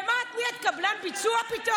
ומי את,